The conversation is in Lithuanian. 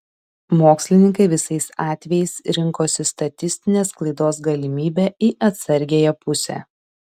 mokslininkai visais atvejais rinkosi statistinės klaidos galimybę į atsargiąją pusę